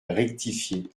rectifié